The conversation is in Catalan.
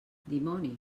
dimoni